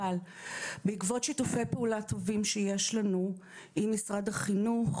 אבל בעקבות שיתופי פעולה טובים שיש לנו עם משרד החינוך,